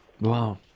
Wow